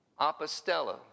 Apostello